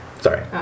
Sorry